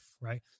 Right